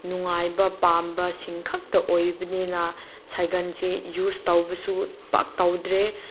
ꯅꯨꯡꯉꯥꯏꯕ ꯄꯥꯝꯕꯁꯤꯡ ꯈꯛꯇ ꯑꯣꯏꯕꯅꯤꯅ ꯁꯥꯏꯀꯟꯁꯦ ꯌꯨꯁ ꯇꯧꯕꯁꯨ ꯄꯥꯛ ꯇꯧꯗ꯭ꯔꯦ